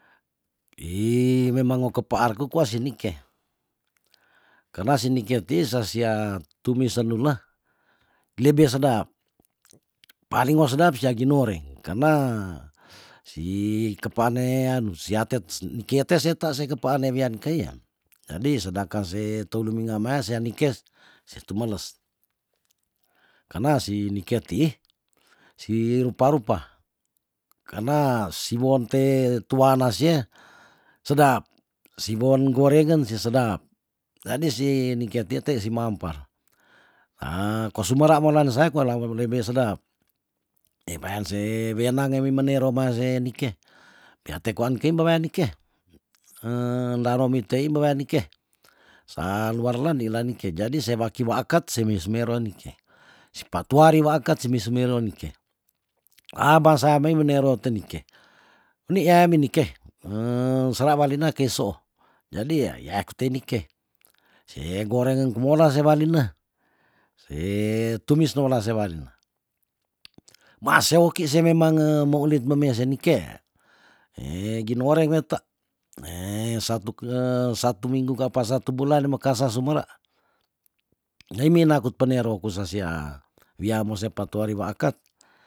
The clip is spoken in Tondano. I memang mo kepaarku kwa si nike kerna si nike tii sa sia tumi sendula lebe sedap paling wo sedap sia ginoreng karna si kepaane anu sia tets nike te seta se kepaan ne wian kei ya jadi sedangkan se teu luminga mea sia nikes se tumeles karna si nike tii si rupa rupa karna siwon te tuana sia sedap siwon gorengen si sedap jadi si nike tii te si mampar ah ko sumera mola ne saya koala wele lebe sedap e wean se wenang emi menoro maa se nike pela tean kwaim be wean nik laromi tei me wean nike sa luar la ndei la nike jadi se waki waakat semi smero nike si patuari waakat si mi semeroo nike abasa mei menero te nike uni ya mi niki sera walina kei soo jadi yah ye aku tei nike se goreng engkumola se walina se tumis no wola se walina maa seoki se memange moulit memea se nike eh ginoreng wet satuk satu minggu ka apa satu bulan meka sasumera nyei minakut penoro kusa siaa wiamo se patuari waakat